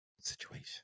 Situation